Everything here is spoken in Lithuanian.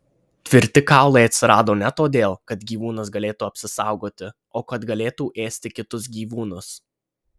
tvirti kaulai atsirado ne todėl kad gyvūnas galėtų apsisaugoti o kad galėtų ėsti kitus gyvūnus